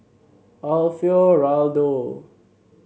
Alfio Raldo